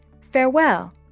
farewell